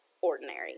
ordinary